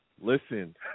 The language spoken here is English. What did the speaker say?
Listen